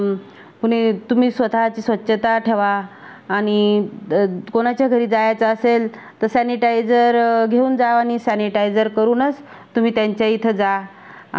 पुन्हा तुम्ही स्वत ची स्वच्छता ठेवा आणि द कोणाच्या घरी जायचं असेल तर सॅनिटायझर घेऊन जा आणि सॅनिटायझर करूनच तुम्ही त्यांच्या इथं जा